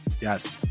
Yes